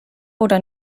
oder